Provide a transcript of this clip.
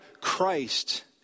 Christ